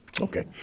Okay